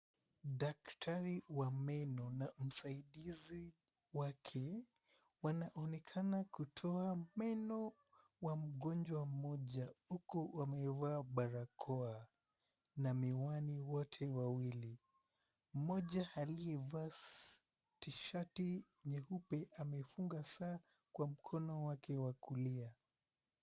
Daktari na msaidizi wake wanaonekana kutoa meno wa mgonjwa mmoja, huku wamevaa barakoa na miwani wote wawii. Mmoja aliyevaa tishati nyeupe amefunga saa kwa mkono wake wa kulia.